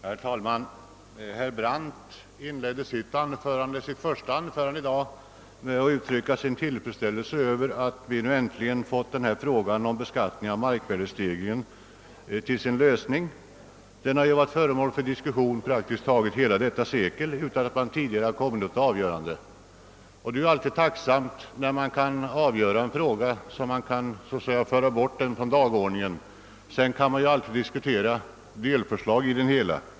Herr talman! Herr Brandt inledde sitt första anförande i dag med att uttrycka sin tillfredsställelse över att frågan om beskattning av markvärdestegringen äntligen kommit till sin lösning. Den har varit föremål för diskussion under praktiskt taget hela detta sekel, utan att man tidigare kommit till ett avgörande. Det är alltid tacknämligt när en fråga kan avgöras och så att säga föras bort från dagordningen. Delförslag kan ju alltid diskuteras.